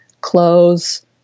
clothes